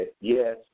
yes